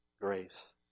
grace